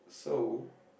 so